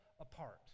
apart